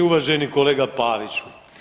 Uvaženi kolega Paviću.